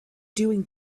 doing